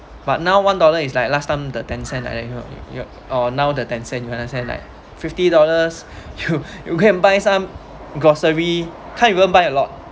but now one dollar is like last time the ten cent like that you know or now the ten cent you understand like fifty dollars you you go and buy some grocery can't even buy a lot